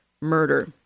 murder